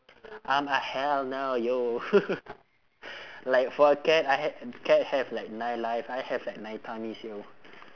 I'm like hell no yo like for a cat I hav~ cat have like nine life I have like nine tummies yo